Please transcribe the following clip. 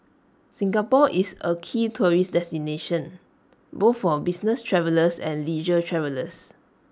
Singapore is A key tourist destination both for business travellers and leisure travellers